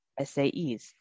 SAEs